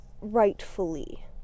rightfully